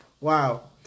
wow